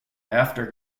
after